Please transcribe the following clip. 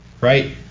Right